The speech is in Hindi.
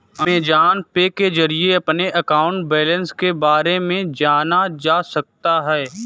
अमेजॉन पे के जरिए अपने अकाउंट बैलेंस के बारे में जाना जा सकता है